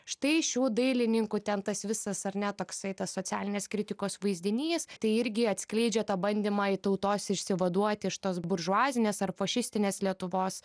štai šių dailininkų ten tas visas ar ne toksai tas socialinės kritikos vaizdinys tai irgi atskleidžia tą bandymą į tautos išsivaduoti iš tos buržuazinės ar fašistinės lietuvos